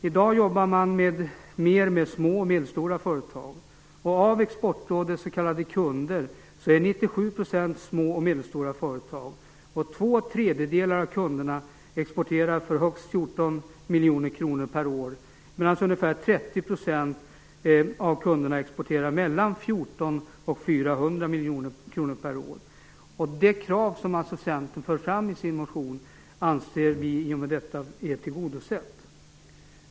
I dag jobbar rådet mer med små och medelstora företag. Av Exportrådets s.k. kunder är 97 % små och medelstora företag. Två tredjedelar av kunderna exporterar för högst 14 miljoner kronor per år, medan ungefär 30 % av kunderna exporterar för 14-400 miljoner kronor per år. Det krav som Centern för fram i sin motion anser vi i och med detta tillgodosett.